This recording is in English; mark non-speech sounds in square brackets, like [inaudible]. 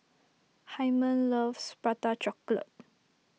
Hymen loves Prata Chocolate [noise]